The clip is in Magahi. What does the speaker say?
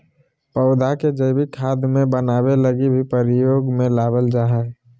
पौधा के जैविक खाद बनाबै लगी भी प्रयोग में लबाल जा हइ